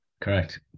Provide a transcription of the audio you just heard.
Correct